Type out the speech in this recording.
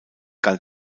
galt